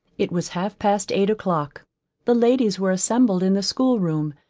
it was half past eight o'clock the ladies were assembled in the school room,